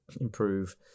improve